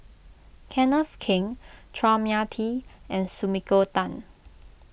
Kenneth Keng Chua Mia Tee and Sumiko Tan